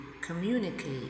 communicate